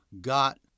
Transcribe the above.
got